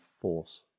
force